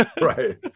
Right